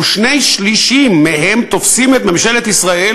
ושני-שלישים מהם תופסים את ממשלת ישראל